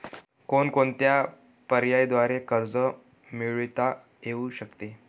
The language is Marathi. कोणकोणत्या पर्यायांद्वारे कर्ज मिळविता येऊ शकते?